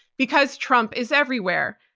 because trump is everywhere.